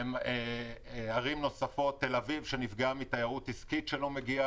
ערים נוספות כמו ת"א שנפגעת מכך שלא מגיעה